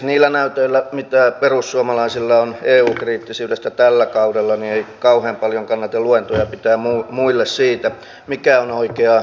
niillä näytöillä joita perussuomalaisilla on eu kriittisyydestä tällä kaudella ei kauhean paljon kannata luentoja pitää muille siitä mikä on oikeaa eu kriittisyyttä